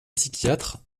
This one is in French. psychiatre